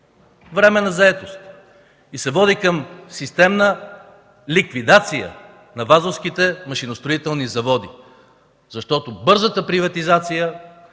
Временна заетост. И се води към системна ликвидация на Вазовските машиностроителни заводи, защото бързата приватизация